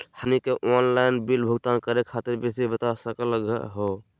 हमनी के online bill भुगतान करे खातीर विधि बता सकलघ हो?